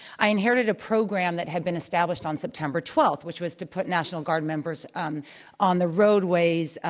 i inherited a program that had been established on september twelve which was to put national guard members um on the roadways,